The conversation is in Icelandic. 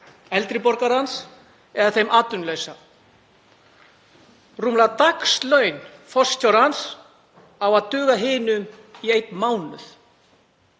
eldri borgarans eða þess atvinnulausa. Rúmlega dagslaun forstjórans eiga að duga hinum í einn mánuð.